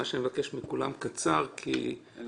אבקש מכולם לקצר כי בשעה